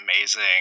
amazing